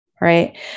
Right